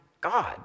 God